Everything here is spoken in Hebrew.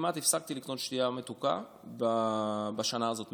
כמעט הפסקתי לקנות משקאות מתוקים בשנה הזאת,